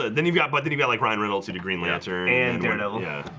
then you've got buddy belly brian reynolds who to green lantern and there no yeah,